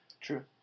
True